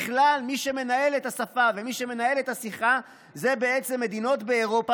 בכלל מי שמנהל את השפה ומי שמנהל את השיחה הן בעצם מדינות באירופה,